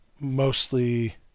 Mostly